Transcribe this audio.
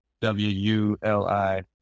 W-U-L-I